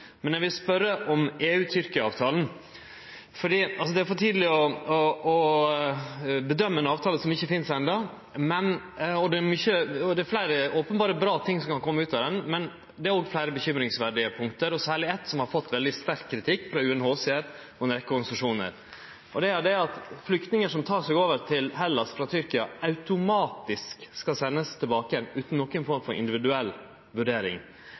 Men eg vil spørje om avtala mellom EU og Tyrkia. Det er for tidleg å bedømme ei avtale som ikkje finst enno. Det er openbert fleire bra ting som kan kome ut av den avtala, men det er òg fleire bekymringsverdige punkt, særleg eitt, som har fått veldig sterk kritikk frå UNHCR og ei rekkje organisasjonar: Det er at flyktningar som tek seg over til Hellas frå Tyrkia, automatisk skal sendast tilbake igjen, utan nokon form for individuell vurdering.